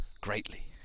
greatly